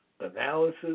analysis